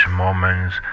moments